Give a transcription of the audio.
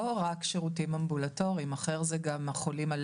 אנחנו חושבים שגם בשירותים אחרים זה צריך להיות